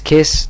Kiss